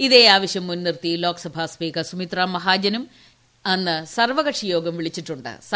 ഇതേ ആവശ്യം മുൻ നിർത്തി ലോക്സഭാ സ്പീക്കർ സുമിത്ര മഹാജനും അന്ന് സർവ്വകക്ഷിയോഗം വിളിച്ചിട്ടു ്